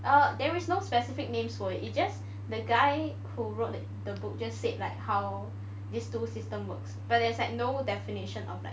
oh there is no specific names for it it's just the guy who wrote the book just said like how these two system works but there's like no definition of like